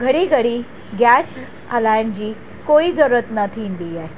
घड़ी घड़ी गॅस हलाइण जी कोई ज़रूरत न थींदी आहे